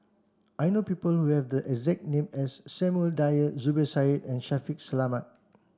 I know people who have the exact name as Samuel Dyer Zubir Said and Shaffiq Selamat